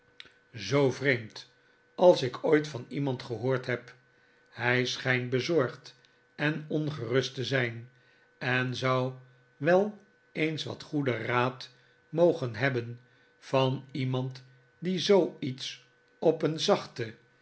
zoo vreemd als ik ooit van iemand gehoord heb hij schijnt bezorgd en ongerust te zijn en zou wel eens wat goeden raad mogen hebben van iemand die zooiets op een zachte